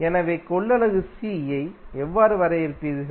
எனவே கொள்ளளவு C ஐ எவ்வாறு வரையறுப்பீர்கள்